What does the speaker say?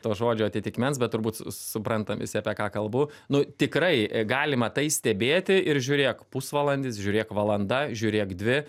to žodžio atitikmens bet turbūt suprantam visi apie ką kalbu nu tikrai galima tai stebėti ir žiūrėk pusvalandis žiūrėk valanda žiūrėk dvi